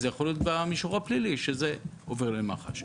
וזה יכול להיות במישור הפלילי שזה עובר למח"ש.